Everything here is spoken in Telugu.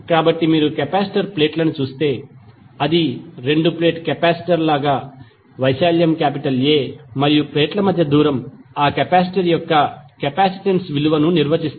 కాబట్టి మీరు కెపాసిటర్ ప్లేట్లను చూస్తే అది రెండు ప్లేట్ కెపాసిటర్ లాగా వైశాల్యం A మరియు ప్లేట్ల మధ్య దూరం ఆ కెపాసిటర్ యొక్క కెపాసిటెన్స్ విలువను నిర్వచిస్తాయి